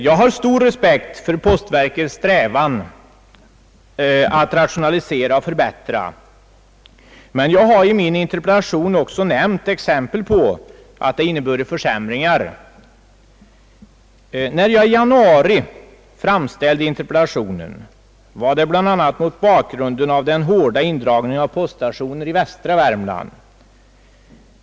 Jag har stor respekt för postverkets strävan att rationalisera och förbättra, men jag har i min interpellation också nämnt exempel på att det inneburit försämringar. När jag i januari framställde interpellationen var det bl.a. mot bakgrunden av den hårda indragningen av poststationer i västra Värmland.